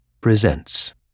presents